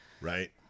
Right